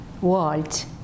world